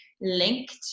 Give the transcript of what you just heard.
linked